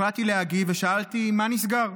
החלטתי, להגיב ושאלתי: 'מה נסגר?'